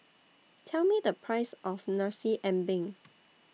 Tell Me The Price of Nasi Ambeng